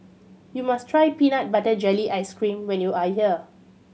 you must try peanut butter jelly ice cream when you are here